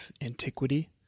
antiquity